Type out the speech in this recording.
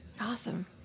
Awesome